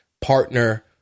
partner